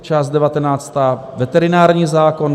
Část devatenáctá veterinární zákon.